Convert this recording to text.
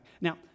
Now